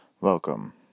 Welcome